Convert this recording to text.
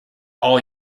all